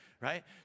right